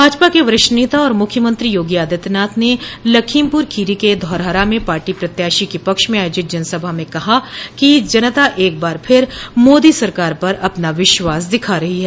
भाजपा के वरिष्ठ नेता और मुख्यमंत्री योगी आदित्यनाथ ने लखीमपुर खीरी के धौरहरा में पार्टी प्रत्याशी के पक्ष में आयाजित जनसभा में कहा कि जनता एकबार फिर मोदी सरकार पर अपना विश्वास दिखा रही है